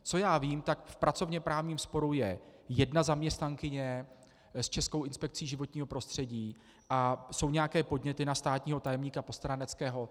Co já vím, tak v pracovněprávním sporu je jedna zaměstnankyně s Českou inspekcí životního prostředí a jsou nějaké podněty na státního tajemníka Postráneckého.